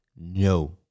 no